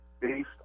based